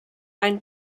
ein